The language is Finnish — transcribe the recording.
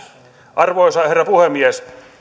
arvoisa herra puhemies